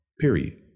period